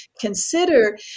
consider